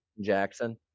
Jackson